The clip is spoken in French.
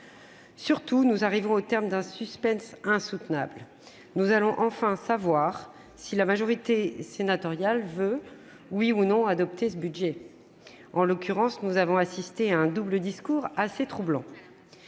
totalement étranger. Le suspense est insoutenable : nous allons enfin savoir si la majorité sénatoriale veut, ou non, adopter ce budget ... En l'occurrence, nous avons assisté à un double discours assez troublant.